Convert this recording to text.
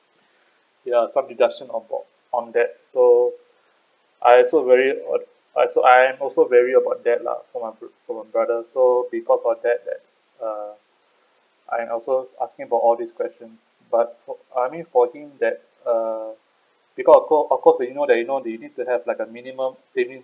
ya some deduction about on that so I also very I am also worry about that lah for my for my brother so because of that that uh I am also asking about all this question but for I mean for him that uh because of course of course that you know they need to have like a minimum savings